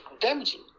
damaging